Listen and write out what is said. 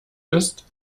ist